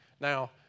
Now